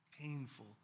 painful